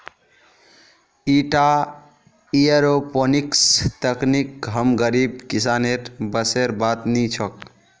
ईटा एयरोपोनिक्स तकनीक हम गरीब किसानेर बसेर बात नी छोक